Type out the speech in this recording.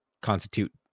constitute